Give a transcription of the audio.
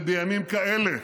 ובימים כאלה